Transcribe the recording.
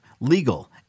legal